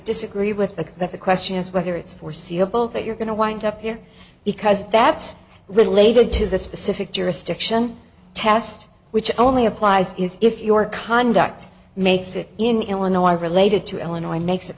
disagree with that the question is whether it's foreseeable that you're going to wind up here because that's related to the specific jurisdiction test which only applies if your conduct makes it in illinois related to illinois makes it